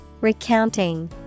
Recounting